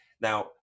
Now